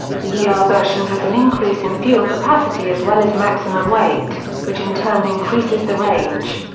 the er version has an increase in fuel capacity as well as maximum weight, which in turn increases the range.